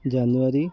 January